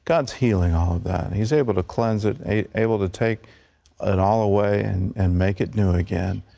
god is healing all of that. he is able to cleanse it, able to take ah it all away and and make it new again.